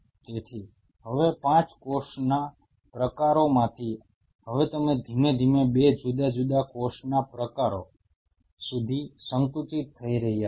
તેથી હવે 5 કોષના પ્રકારોમાંથી હવે તમે ધીમે ધીમે 2 જુદા જુદા કોષના પ્રકારો સુધી સંકુચિત થઈ રહ્યા છો